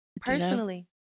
personally